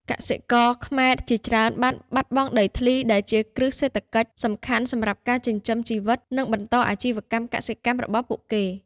កសិករខ្មែរជាច្រើនបានបាត់បង់ដីធ្លីដែលជាគ្រឹះសេដ្ឋកិច្ចសំខាន់សម្រាប់ការចិញ្ចឹមជីវិតនិងបន្តអាជីវកម្មកសិកម្មរបស់ពួកគេ។